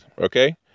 Okay